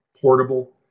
portable